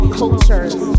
cultures